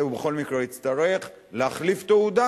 זה בכל מקרה הוא יצטרך, להחליף תעודה.